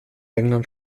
england